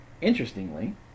Interestingly